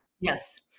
Yes